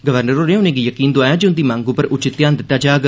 governor होरें उने'गी यकीन दोआया जे उंदी मंग्ग उप्पर उचित ध्यान दित्ता जाग